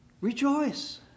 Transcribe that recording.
Rejoice